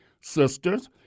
Sisters